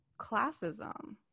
classism